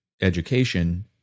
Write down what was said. education